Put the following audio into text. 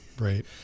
Right